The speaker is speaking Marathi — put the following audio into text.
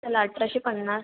चला अठराशे पन्नास